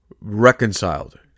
reconciled